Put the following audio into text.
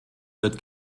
wird